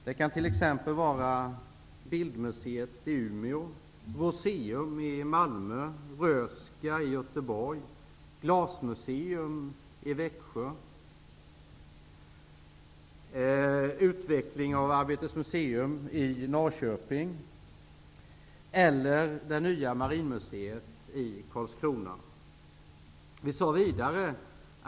Det kan t.ex. vara Bildmuseet i Umeå, Rooseum i Malmö, Röhsska museet i Göteborg, glasmuseet i Växjö, utveckling av Arbetets museum i Norrköping eller det nya marinmuseet i Karlskrona.